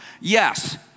Yes